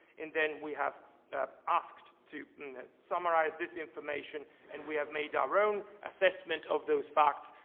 and then we have asked to summarize this information and we have made our own assessment of those facts,